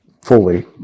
fully